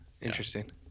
Interesting